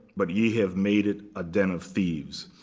but ye have made it a den of thieves.